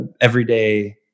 everyday